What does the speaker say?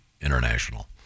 international